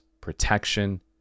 protection